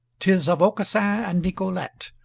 tis of aucassin and nicolete.